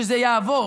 שזה יעבור.